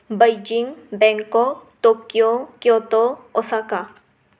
Beijing Bangkok Tokyo kyoto Osaka